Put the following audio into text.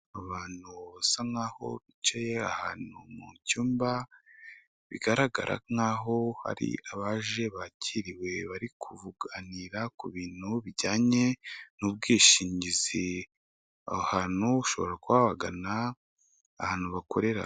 Abantu basa nkaho bicaye ahantu mu cyumba, bigaragara nkaho hari abaje bakiriwe bari kuganira ku bintu bijyanye n'ubwishingizi, aho hantu ushobora wagana ahantu bakorera,